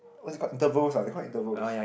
what's it called intervals ah they call it intervals